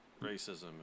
racism